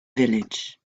village